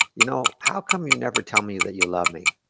you know how come you never tell me that you love me?